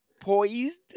poised